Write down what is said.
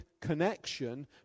connection